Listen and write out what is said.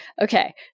okay